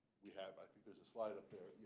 we have i think there's a slide up there.